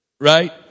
Right